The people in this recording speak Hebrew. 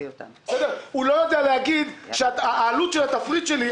הוא לא יודע להגיד שהעלות של התפריט שלי,